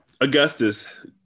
Augustus